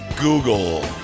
Google